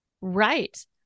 Right